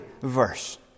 verse